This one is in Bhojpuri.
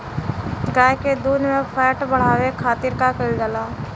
गाय के दूध में फैट बढ़ावे खातिर का कइल जाला?